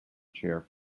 chair